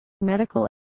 medical